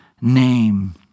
name